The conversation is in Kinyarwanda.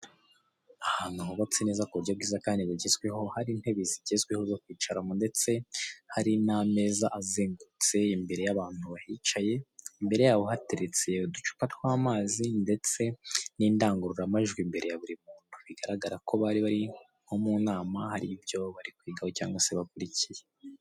Ahantu hubatswe neza mu buryo bwiza kandi bugezweho hakaba hari intebe zigezweho zo kwicaramo, ndetse hari n'ameza azengurutse imbere y'abantu bahicaye, imbere yaho hateretse uducupa tw'amazi ndetse n'indangururamajwi imbere ya buri muntu bigaragra ko bari mu nama hari ibyo bari kwigaho cyangwa se bakurukiye.